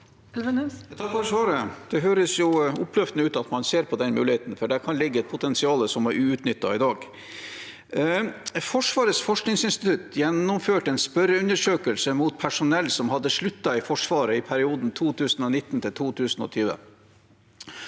(H) Det høres jo oppløf- tende ut at man ser på den muligheten, for der kan det ligge et potensial som er uutnyttet i dag. Forsvarets forskningsinstitutt gjennomførte en spørreundersøkelse rettet mot personell som hadde sluttet i Forsvaret i perioden 2019–2020,